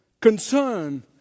concern